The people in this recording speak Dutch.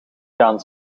gaan